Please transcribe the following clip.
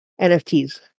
NFTs